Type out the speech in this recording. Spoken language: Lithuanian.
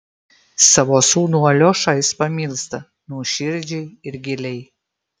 savo sūnų aliošą jis pamilsta nuoširdžiai ir giliai